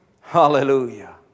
Hallelujah